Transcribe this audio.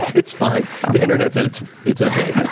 it's fine. the internet said it's it's okay.